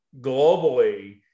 globally